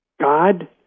God